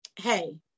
hey